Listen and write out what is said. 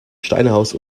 steinhaus